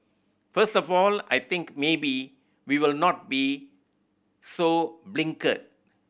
first of all I think maybe we will not be so blinkered